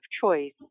choice